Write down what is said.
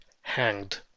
hanged